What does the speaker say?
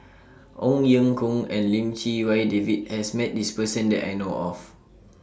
Ong Ye Kung and Lim Chee Wai David has Met This Person that I know of